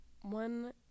one